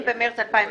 20 במרס 2019,